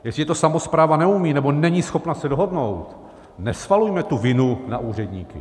Jestliže to samospráva neumí nebo není schopna se dohodnout, nesvalujme tu vinu na úředníky.